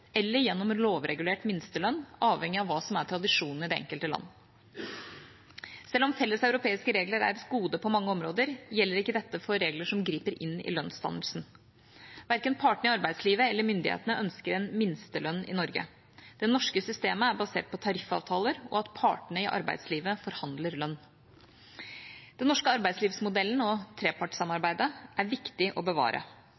eller gjennom lovregulert minstelønn, avhengig av hva som er tradisjonen i det enkelte land. Selv om felles europeiske regler er et gode på mange områder, gjelder ikke dette for regler som griper inn i lønnsdannelsen. Verken partene i arbeidslivet eller myndighetene ønsker en minstelønn i Norge. Det norske systemet er basert på tariffavtaler og at partene i arbeidslivet forhandler lønn. Den norske arbeidslivsmodellen og